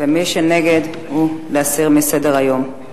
מי שנגד, להסיר מסדר-היום.